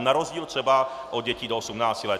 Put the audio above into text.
Na rozdíl třeba od dětí do 18 let.